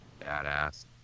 badass